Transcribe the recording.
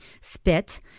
Spit